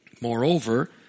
Moreover